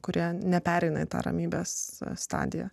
kurie nepereina į tą ramybės stadiją